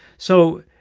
so,